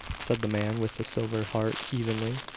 said the man with the silver heart evenly.